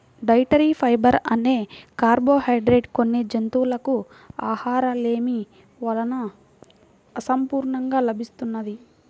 dietary fibre అనే carbohydrate కొన్ని జంతువులకు ఆహారలేమి వలన అసంపూర్ణంగా లభిస్తున్నది